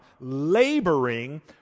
laboring